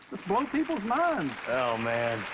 let's blow people's minds. oh, man.